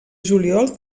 juliol